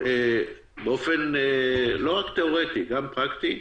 באופן לא רק תיאורטי אלא גם פרקטי,